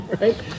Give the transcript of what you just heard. right